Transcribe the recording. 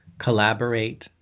collaborate